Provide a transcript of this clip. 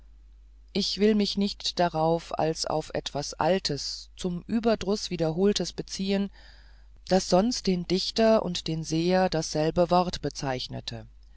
ich will mich nicht darauf als auf etwas altes zum überdruß wiederholtes beziehen daß sonst den dichter und den seher dasselbe wort bezeichnete